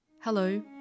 Hello